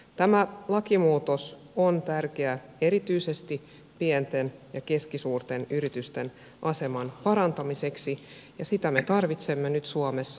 tämä lakimuutos on tärkeä erityisesti pienten ja keskisuurten yritysten aseman parantamiseksi ja sitä me tarvitsemme nyt suomessa